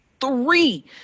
three